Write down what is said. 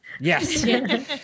Yes